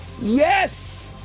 yes